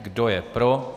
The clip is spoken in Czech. Kdo je pro?